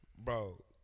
Bro